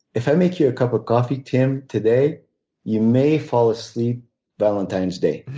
if i make you a cup of coffee, tim, today you may fall asleep valentine's day.